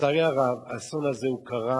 לצערי הרב, האסון הזה קרה,